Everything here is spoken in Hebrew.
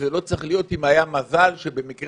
זה לא צריך להיות אם היה מזל שבמקרה